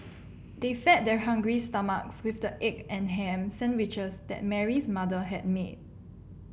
they fed their hungry stomachs with the egg and ham sandwiches that Mary's mother had made